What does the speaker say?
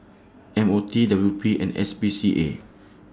M O T W P and S P C A